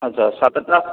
ଆଚ୍ଛା ସାତଟା